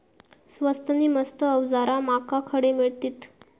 स्वस्त नी मस्त अवजारा माका खडे मिळतीत?